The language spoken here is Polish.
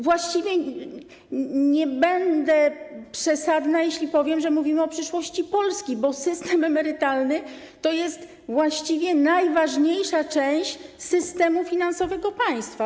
Właściwie nie będzie przesadą, jeśli powiem, że mówimy o przyszłości Polski, bo system emerytalny to jest właściwie najważniejsza część systemu finansowego państwa.